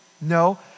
No